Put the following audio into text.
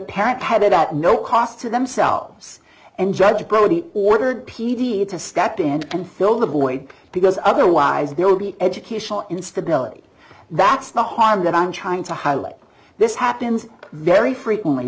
parent had it at no cost to themselves and judge prodi ordered pedia to step in and fill the void because otherwise there would be educational instability that's not harm that i'm trying to highlight this happens very frequently